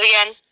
again